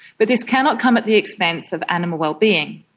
but this cannot come at the expense of animal wellbeing.